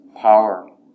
power